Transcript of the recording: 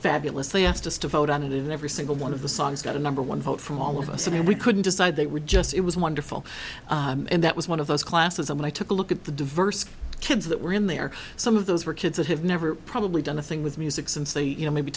fabulous they asked us to vote on it every single one of the songs got a number one vote from all of us and we couldn't decide they were just it was wonderful and that was one of those classes and i took a look at the diverse kids that were in there some of those were kids that have never probably done a thing with music since they you know maybe